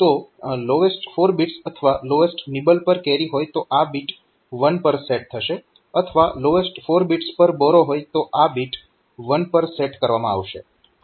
તો lowest 4 bits અથવા lowest nibble પર કેરી હોય તો આ બીટ 1 પર સેટ થશે અથવા લોએસ્ટ 4 બિટ્સ પર બોરો હોય તો આ બીટ 1 પર સેટ કરવામાં આવશે